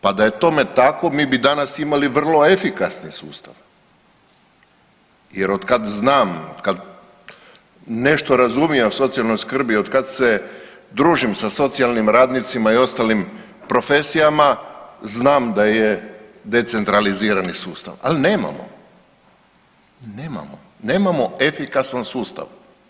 Pa da je tome tako mi bi danas imali vrlo efikasne sustave jer otkad znam, kad nešto razumijem o socijalnoj skrbi, otkad se družim sa socijalnim radnicima i ostalim profesijama, znam da je decentralizirani sustav, al nemamo, nemamo, nemamo efikasan sustav.